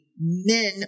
men